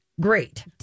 Great